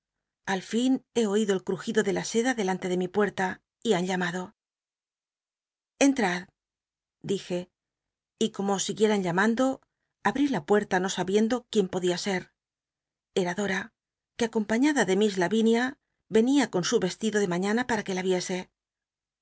al fin he o ido el cl'ugido de la seda delante de mi pucj la y han llamado enttad dije y como siguieran llamando abrí la puerta no sabiendo quién podía ser a que acom añada de miss lavinia venia con su vestido de mai'íana para c uc la viese